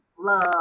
love